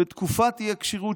תקופת האי-כשירות,